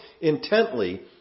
intently